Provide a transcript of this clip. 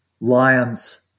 lions